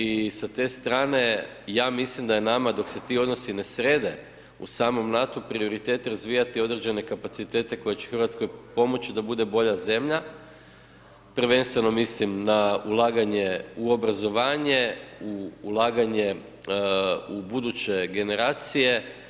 I sa te strane ja mislim da je nama dok se ti odnosi ne srede u samom NAT0-u prioritet razvijati određene kapacitete koje će Hrvatskoj pomoći da bude bolja zemlja, prvenstveno mislim na ulaganje u obrazovanje, ulaganje u buduće generacije.